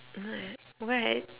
what what